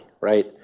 right